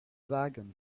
wagon